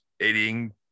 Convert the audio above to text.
eating